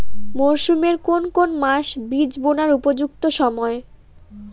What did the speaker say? মরসুমের কোন কোন মাস বীজ বোনার উপযুক্ত সময়?